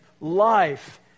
life